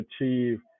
achieve